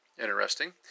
Interesting